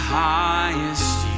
highest